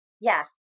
Yes